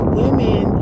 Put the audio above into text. women